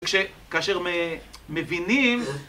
כאשר מבינים